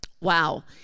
Wow